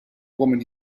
woman